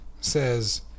says